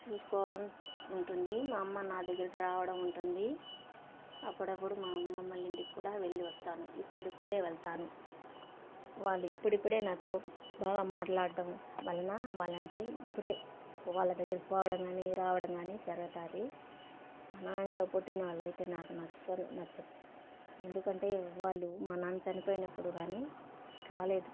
చూసుకోవడం ఉంటుంది మా అమ్మ నా దగ్గరికి రావడం ఉంటుంది అప్పుడప్పుడు మా అమ్మమ్మ వాళ్ళ ఇంటికి కూడా వెళ్లి వస్తాను ఇప్పుడిప్పుడే వెళ్తాను వాళ్ళు ఇప్పుడిప్పుడే నాతో బాగా మాట్లాడటం వలన వాళ్లంటే ఇప్పుడే వాళ్ళ దగ్గరికి పోవడం కానీ రావడం కానీ జరగుతాది మా నాన్నతో పుట్టిన వాళ్ళు అయితే నాకు అస్సలు నచ్చదు ఎందుకంటే వాళ్ళు మా నాన్న చనిపోయినప్పుడు కానీ రాలేదు